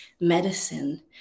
medicine